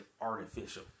artificial